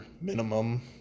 minimum